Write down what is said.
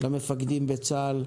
למפקדים בצה"ל,